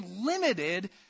limited